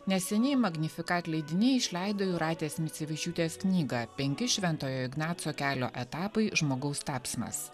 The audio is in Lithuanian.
neseniai magnifikat leidiniai išleido jūratės micevičiūtės knygą penki šventojo ignaco kelio etapai žmogaus tapsmas